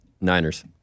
Niners